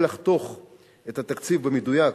קשה לחתוך את התקציב במדויק,